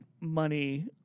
money